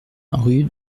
rue